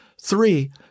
Three